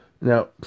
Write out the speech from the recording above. Now